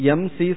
mc